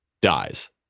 dies